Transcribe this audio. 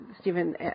Stephen